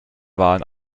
wahlen